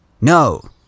No